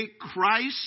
Christ